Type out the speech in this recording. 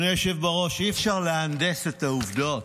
אדוני היושב בראש, אי-אפשר להנדס את העובדות.